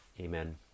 Amen